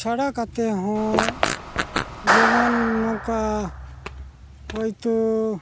ᱪᱷᱟᱲᱟ ᱠᱟᱛᱮᱫᱦᱚᱸ ᱡᱮᱢᱚᱱ ᱱᱚᱝᱠᱟ ᱦᱳᱭᱛᱳ